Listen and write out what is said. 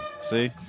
See